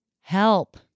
Help